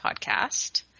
podcast